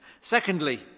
Secondly